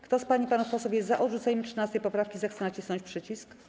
Kto z pań i panów posłów jest za odrzuceniem 13. poprawki, zechce nacisnąć przycisk.